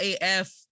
AF